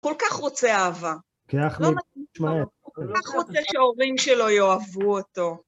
כל כך רוצה אהבה. כאח לי, תשמעי. כל כך רוצה שהורים שלו יאהבו אותו.